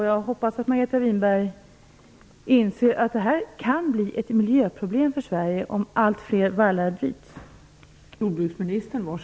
Jag hoppas att Margareta Winberg inser att det kan bli ett miljöproblem för Sverige om allt fler vallar bryts.